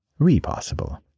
repossible